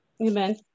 Amen